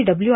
W